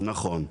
נכון,